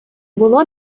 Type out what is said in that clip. було